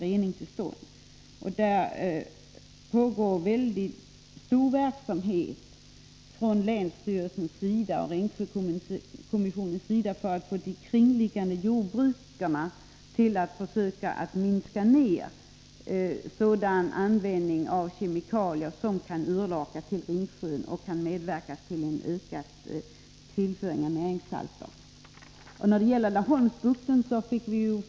Både länsstyrelsen och Ringsjökommittén arbetar mycket aktivt för att få ägarna till de kringliggande jordbruken att minska användningen av sådana kemikalier som kan urlaka vattnet och öka tillförseln av närsalter.